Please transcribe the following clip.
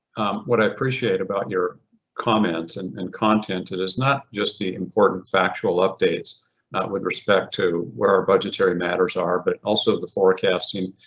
what i appreciate about your comments and and content and is not just the important factual updates with respect to where our budgetary matters are, but also the forecasting,